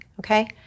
Okay